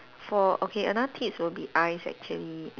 for okay another tips will be eyes actually